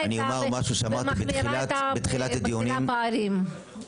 מגדילה פערים.